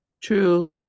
True